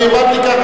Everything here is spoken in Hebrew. אני הבנתי כך,